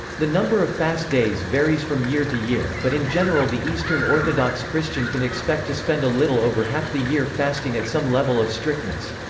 the number of fast days varies from year to year, but in general the eastern orthodox christian can expect to spend a little over half the year fasting at some level of strictness.